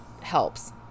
helps